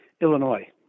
Illinois